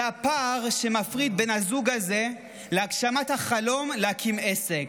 זה הפער שמפריד בין הזוג הזה להגשמת החלום להקים עסק.